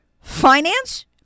finance